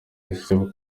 joseph